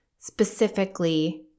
specifically